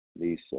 Lisa